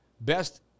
Best